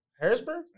Harrisburg